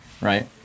right